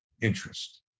interest